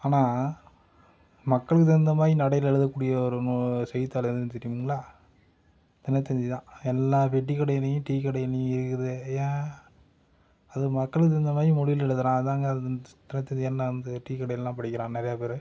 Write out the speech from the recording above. ஆனால் மக்களுக்கு தகுந்தமாதிரி நடையில் எழுதக்கூடிய ஒரு நூல் செய்தித்தாள் எது தெரியுங்களா தினத்தந்தி தான் எல்லா பெட்டிக்கடையிலேயும் டீ கடையிலேயும் இருக்குது ஏன் அது மக்களுக்கு தகுந்தாமாதிரி மொழியில் எழுதுகிறான் அதாங்க அது வந்து டீ கடையிலெல்லாம் படிக்கிறான் நிறையா பேர்